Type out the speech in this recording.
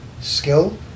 skill